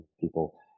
people